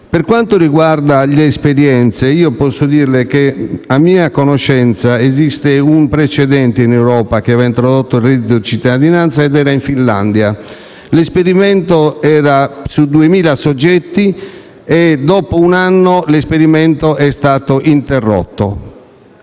Per quanto riguarda le esperienze, posso dirle che, a mia conoscenza, esiste un precedente in Europa di introduzione del reddito di cittadinanza ed è la in Finlandia, dove l'esperimento coinvolgeva 2.000 soggetti. Dopo un anno, l'esperimento è stato interrotto,